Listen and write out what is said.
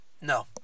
No